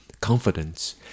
confidence